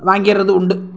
வாங்கிடுறது உண்டு